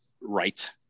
right